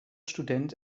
student